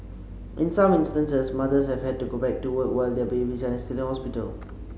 in some instances mothers have had to go back to work while their babies are still in hospital